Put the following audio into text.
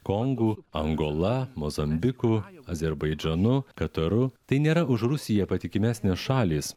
kongu angola mozambiku azerbaidžanu kataru tai nėra už rusiją patikimesnės šalys